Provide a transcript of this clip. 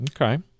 Okay